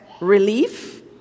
relief